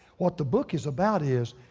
what the book is about is,